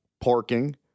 parking